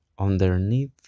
Underneath